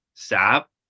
stop